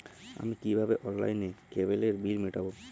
আমি কিভাবে অনলাইনে কেবলের বিল মেটাবো?